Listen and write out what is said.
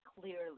clearly